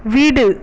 வீடு